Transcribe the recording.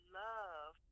love